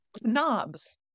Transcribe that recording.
knobs